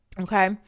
Okay